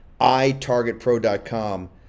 itargetpro.com